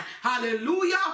hallelujah